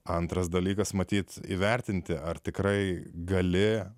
antras dalykas matyt įvertinti ar tikrai galėjo